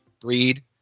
breed